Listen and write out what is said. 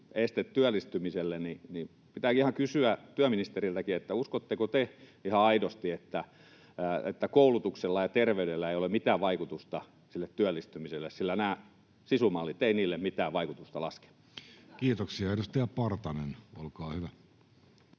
este työllistymiselle, niin pitääkin ihan kysyä työministeriltä: uskotteko te ihan aidosti, että koulutuksella ja terveydellä ei ole mitään vaikutusta työllistymiseen, sillä nämä SISU-mallit eivät niille mitään vaikutusta laske? [Speech 396] Speaker: Jussi